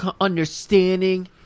understanding